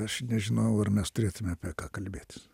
aš nežinau ar mes turėtume apie ką kalbėtis